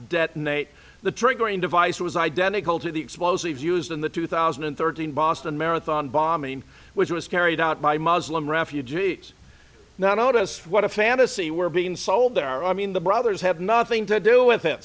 detonate the triggering device was identical to the explosives used in the two thousand and thirteen boston marathon bombing which was carried out by muslim refugees not as what a fantasy were being sold there i mean the brothers have nothing to do with it